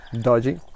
dodgy